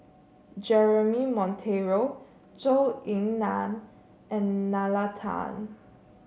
Jeremy Monteiro Zhou Ying Nan and Nalla Tan